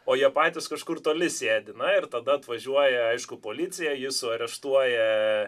o jie patys kažkur toli sėdi na ir tada atvažiuoja aišku policija ji suareštuoja